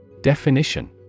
Definition